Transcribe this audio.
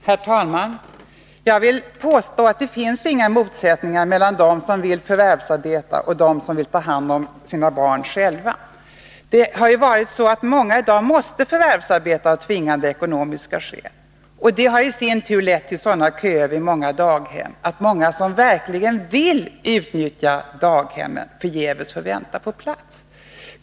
Herr talman! Jag vill påstå att det inte finns några motsättningar mellan dem som vill förvärvsarbeta och dem som själva vill ta hand om sina barn. I dag måste många förvärvsarbeta av tvingande ekonomiska skäl. Det har i sin tur lett till sådana köer vid många daghem att många som verkligen vill utnyttja daghemmen förgäves får vänta på plats.